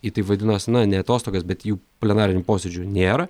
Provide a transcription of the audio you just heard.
į taip vadinos na ne atostogas bet jų plenarinių posėdžių nėra